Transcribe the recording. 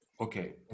okay